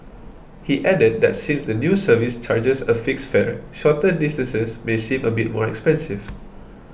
he added that since the new service charges a fixed fare shorter distances may seem a bit more expensive